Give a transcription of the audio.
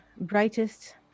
brightest